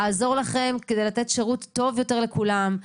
אעזור לכם, כדי לתת שירות טוב יותר לכולם.